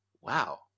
wow